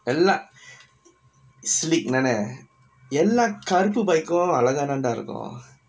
எல்லா:ellaa sleek தானே எல்லா கருப்பு:thaanae ellaa karuppu bike கு அழகா தான்டா இருக்கு:ku alagaa thaandaa irukku